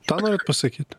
tą norit pasakyt